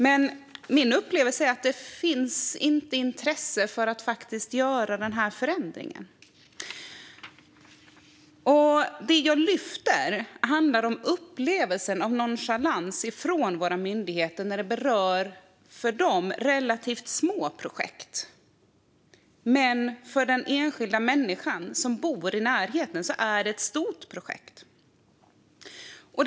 Men min upplevelse är att det inte finns intresse för att faktiskt göra denna förändring. Det jag lyfter handlar om upplevelsen av nonchalans från våra myndigheter när det gäller projekt som för dem är relativt små. För de enskilda människorna som bor i närheten är projekten dock stora.